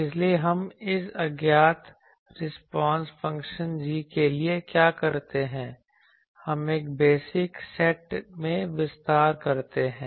इसलिए हम इस अज्ञात रिस्पांस फ़ंक्शन g के लिए क्या करते हैं हम एक बेसिक सेट में विस्तार करते हैं